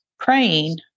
Praying